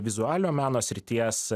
vizualiojo meno srities